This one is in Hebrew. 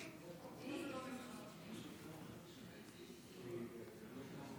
הסתייגות 40 לא נתקבלה.